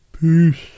Peace